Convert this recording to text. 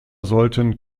sollten